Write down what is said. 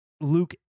Luke